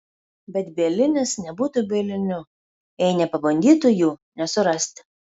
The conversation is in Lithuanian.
bet bielinis nebūtų bieliniu jei nepabandytų jų nesurasti